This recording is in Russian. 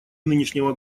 нынешнего